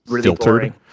filtered